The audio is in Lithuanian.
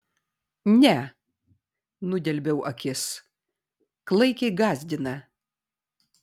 ne nudelbiau akis klaikiai gąsdina